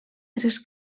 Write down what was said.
tres